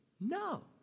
No